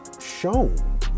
shown